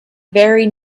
very